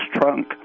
trunk